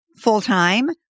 full-time